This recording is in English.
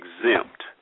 exempt